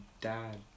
dad